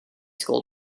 school